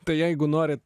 tai jeigu norit